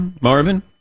Marvin